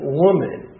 woman